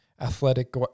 athletic